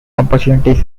opportunities